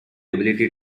ability